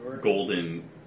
golden